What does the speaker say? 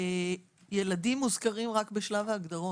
ילדים מוזכרים רק בשלב ההגדרות.